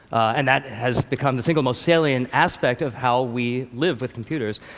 and that has become the single most salient aspect of how we live with computers.